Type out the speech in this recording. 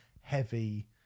heavy